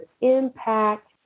impact